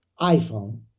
iPhone